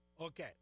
Okay